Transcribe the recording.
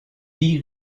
die